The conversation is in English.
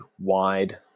wide